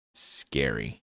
Scary